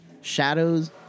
shadows